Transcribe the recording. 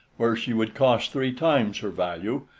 where she would cost three times her value,